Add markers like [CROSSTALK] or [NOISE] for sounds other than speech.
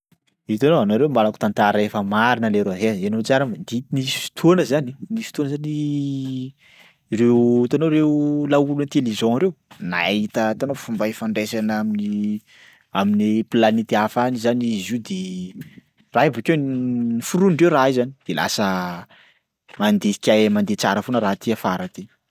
Hitanao, nareo ambarako tantara efa marina leroa. Eh! henoy tsara moa ty nisy fotoana zany [NOISE] nisy fotoana zany reo [NOISE] hitanao reo laolo intelligent reo nahita itanao [NOISE] fomba ifandraisana amin'ny amin'ny planety hafa any zany izy io de raha io bakeo n- noforonindreo raha io zany de lasa mandisitray mandeha tsara foana raha ty afara aty.